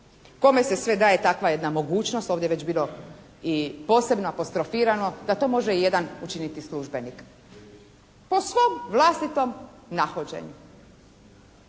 kome se sve daje takva jedna mogućnost ovdje je već bilo i posebno apostrofirano da to može i jedan učiniti službenik. Po svom vlastitom nahođenju.